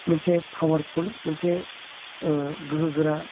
मोनसे पावारफुल मोनसे गोहोगोरा